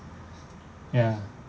ya